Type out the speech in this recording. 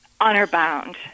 honor-bound